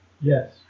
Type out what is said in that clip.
Yes